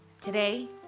Today